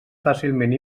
fàcilment